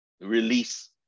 release